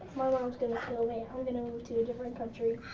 my mom's gonna kill me. i'm gonna move to a different country.